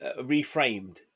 reframed